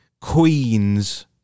queens